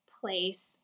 place